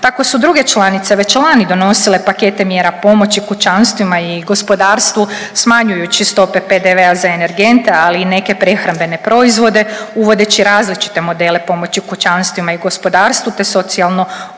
Tako su druge članice već lani donosile pakete mjera pomoći kućanstvima i gospodarstvu smanjujući stope PDV-a za energente, ali i neke prehrambene proizvode uvodeći različite modele pomoći kućanstvima i gospodarstvu, te socijalno ugroženim